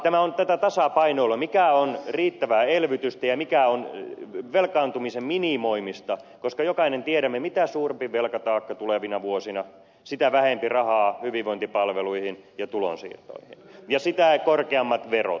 tämä on tätä tasapainoilua mikä on riittävää elvytystä ja mikä on velkaantumisen minimoimista koska jokainen tiedämme mitä suurempi velkataakka tulevina vuosina sitä vähempi rahaa hyvinvointipalveluihin ja tulonsiirtoihin ja sitä korkeammat verot